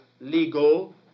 legal